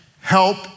help